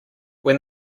when